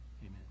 Amen